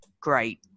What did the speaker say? great